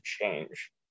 change